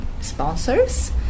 sponsors